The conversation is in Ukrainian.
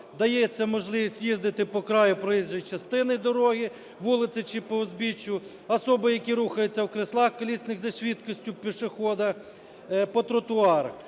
дається можливість їздити по краю проїжджої частини дороги, вулиці чи по узбіччю. Особи, які рухаються в кріслах колісних зі швидкістю пішохода по тротуарах…